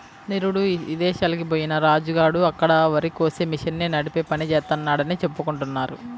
నిరుడు ఇదేశాలకి బొయ్యిన రాజు గాడు అక్కడ వరికోసే మిషన్ని నడిపే పని జేత్తన్నాడని చెప్పుకుంటున్నారు